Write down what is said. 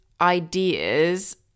ideas